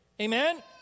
Amen